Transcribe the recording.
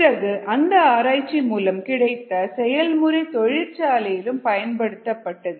பிறகு அந்த ஆராய்ச்சி மூலம் கிடைத்த செயல்முறை தொழிற்சாலையிலும் பயன்படுத்தப்பட்டது